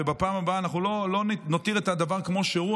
ובפעם הבאה אנחנו נותיר את הדבר כמו שהוא.